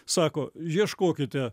sako ieškokite